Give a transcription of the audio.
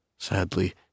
Sadly